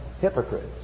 Hypocrites